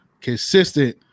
consistent